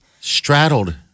Straddled